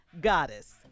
goddess